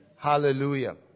Hallelujah